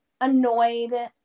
annoyed